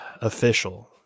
official